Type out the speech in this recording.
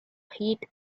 heat